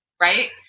Right